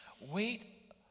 Wait